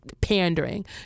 pandering